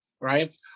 right